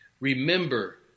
Remember